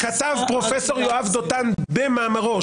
כתב פרופ' יואב דותן במאמרו,